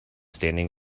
standing